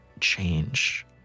change